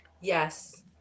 Yes